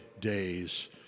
days